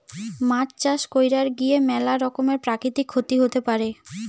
মাছ চাষ কইরার গিয়ে ম্যালা রকমের প্রাকৃতিক ক্ষতি হতে পারে